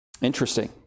Interesting